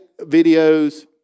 videos